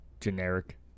generic